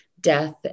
death